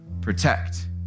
protect